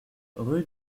rue